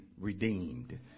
redeemed